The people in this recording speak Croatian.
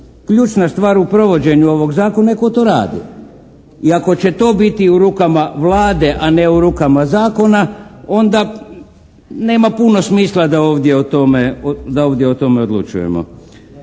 Ključna stvar u provođenju ovog zakona, netko to radi. I ako će to biti u rukama Vlade, a ne u rukama zakona onda nema puno smisla da ovdje o tome odlučujemo.